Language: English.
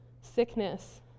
sickness